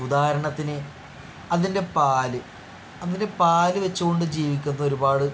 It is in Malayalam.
ഉദാഹരണത്തിന് അതിൻ്റെ പാൽ അതിൻ്റെ പാൽ വെച്ചുകൊണ്ട് ജീവിക്കുന്ന ഒരുപാട്